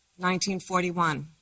1941